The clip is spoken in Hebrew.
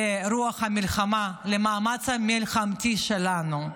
לרוח המלחמה, למאמץ המלחמתי שלנו.